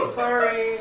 sorry